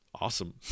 Awesome